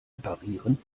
reparieren